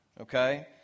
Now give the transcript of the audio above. okay